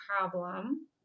problem